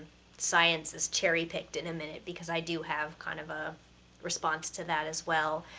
science is cherry-picked in a minute, because i do have kind of a response to that as well,